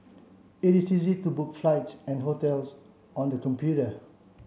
it is easy to book flights and hotels on the computer